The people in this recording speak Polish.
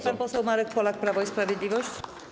Pan poseł Marek Polak, Prawo i Sprawiedliwość.